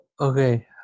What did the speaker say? Okay